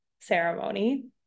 ceremony